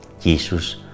Jesus